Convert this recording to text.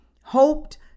Hoped